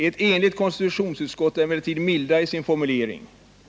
Ett enigt konstitutionsutskott är emellertid mildare i sin formulering.